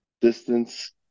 distance